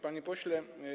Panie Pośle!